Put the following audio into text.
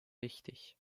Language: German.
wichtig